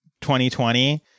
2020